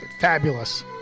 Fabulous